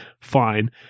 fine